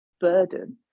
burden